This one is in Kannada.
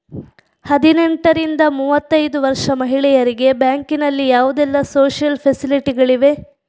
ಹದಿನೆಂಟರಿಂದ ಮೂವತ್ತೈದು ವರ್ಷ ಮಹಿಳೆಯರಿಗೆ ಬ್ಯಾಂಕಿನಲ್ಲಿ ಯಾವುದೆಲ್ಲ ಸೋಶಿಯಲ್ ಫೆಸಿಲಿಟಿ ಗಳಿವೆ?